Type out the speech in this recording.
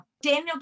Daniel